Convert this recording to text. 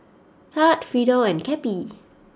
Thad Fidel and Cappie